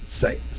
Say